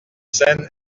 scène